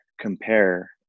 compare